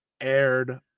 aired